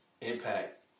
impact